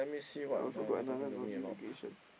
I also got another notification